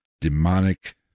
demonic